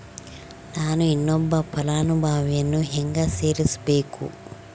ನಾನು ಇನ್ನೊಬ್ಬ ಫಲಾನುಭವಿಯನ್ನು ಹೆಂಗ ಸೇರಿಸಬೇಕು?